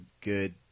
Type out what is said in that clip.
good